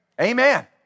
Amen